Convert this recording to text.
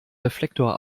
reflektor